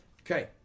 Okay